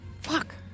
Fuck